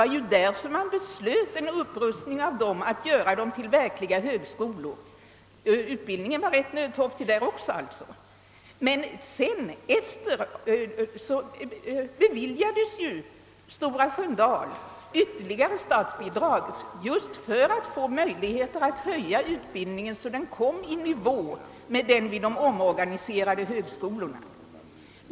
Man fattade då beslut om en upprustning av dessa institut för att göra dem till verkliga högskolor. Sedermera beviljades också Stora Sköndal statsbidrag för att kunna förbättra sin utbildning, så att den kom i nivå med utbildningen vid de omorganiserade högskolorna.